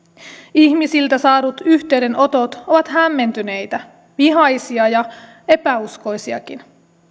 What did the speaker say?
ihmisiltä saadut yhteydenotot ovat hämmentyneitä vihaisia ja epäuskoisiakin